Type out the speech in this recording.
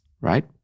right